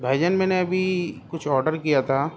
بھائی جان میں نے ابھی کچھ آڈر کیا تھا